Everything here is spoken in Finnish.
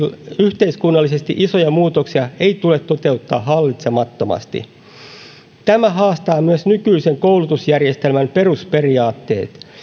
yhteiskunnallisesti isoja muutoksia ei tule toteuttaa hallitsemattomasti tämä haastaa myös nykyisen koulutusjärjestelmän perusperiaatteet